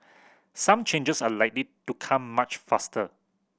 some changes are likely to come much faster